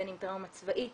בין אם טראומה צבאית,